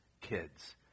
kids